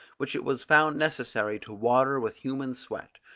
which it was found necessary to water with human sweat,